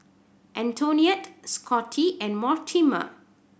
Antonetta Scotty and Mortimer